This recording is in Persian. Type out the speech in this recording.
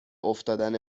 افتادن